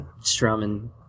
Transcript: strumming